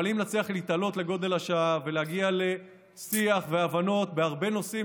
אבל אם נצליח להתעלות לגודל השעה ולהגיע לשיח והבנות בהרבה נושאים,